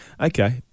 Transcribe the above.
Okay